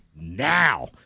now